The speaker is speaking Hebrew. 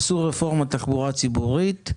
עשו רפורמה בתחבורה ציבורית,